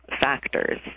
factors